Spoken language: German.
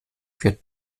wird